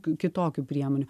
kitokių priemonių